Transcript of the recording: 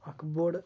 اَکھ بوٚڑ